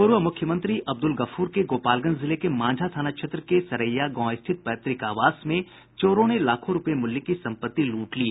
पूर्व मुख्यमंत्री अब्दुल गफूर के गोपालगंज जिले के मांझा थाना क्षेत्र के सरेया गांव स्थित पैतृक आवास में चोरों ने लाखो रूपये मूल्य की सम्पत्ति लूट ली